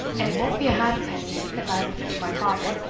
and it won't be a half-penny if i leave it to my father.